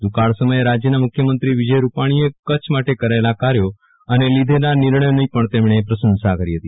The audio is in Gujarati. દુકાળ સમયે રાજયના મુખ્યમંત્રી વિજય રૂપાણીએ કચ્છ માટે કરેલા કાર્યો અને લીધેલા નિર્ણયોની પણ તેમણે પ્રસંસા કરી હતી